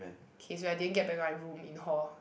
K is when I didn't get back my room in hall